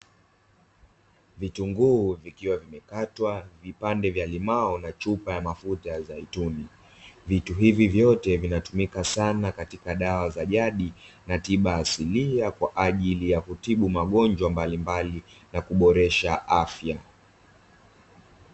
Vitunguu vikiwa vimekatwa, vipande vya limao na chupa ya mafuta ya zaituni. Vitu hivi vyote vinatumika sana katika dawa za jadi na tiba asilia kwa ajili ya kutibu magonjwa mbalimbali na kuboresha afya.